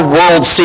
World